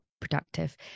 productive